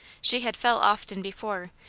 she had felt often before,